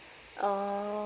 ah